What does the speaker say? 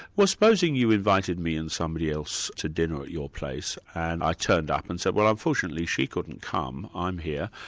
well supposing you invited me and somebody else to dinner at your place, and i turned up and said, well unfortunately she couldn't come, i'm here,